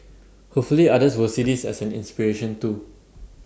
hopefully others will see this as an inspiration too